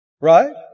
Right